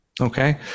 okay